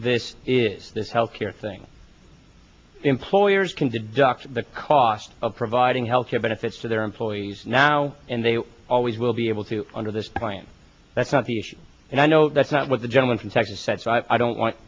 this is this health care thing employers can deduct the cost of providing health care benefits to their employees now and they always will be able to under this plan that's not the issue and i know that's not what the gentleman from texas said so i don't want